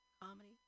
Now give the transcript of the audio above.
comedy